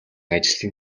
ажлын